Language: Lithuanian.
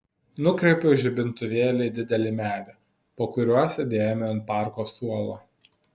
nukreipiau žibintuvėlį į didelį medį po kuriuo sėdėjome ant parko suolo